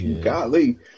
Golly